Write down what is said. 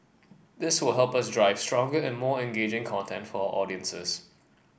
this will help us drive stronger and more engaging content for our audiences